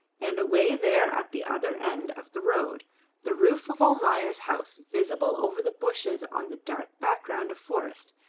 and away there at the other end of the road the roof of almayer's house visible over the bushes on the dark background of forest,